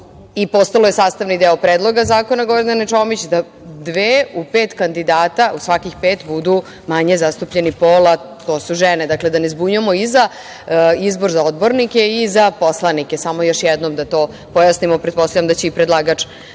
i postalo je sastavni deo Predloga zakona Gordane Čomić, da dve u pet kandidata, u svakih pet, budu manje zastupljen pol, a to su žene. Dakle, da ne zbunjujemo i za izbor za odbornike i za poslanike, samo još jednom da to pojasnimo. Pretpostavljam da će predlagač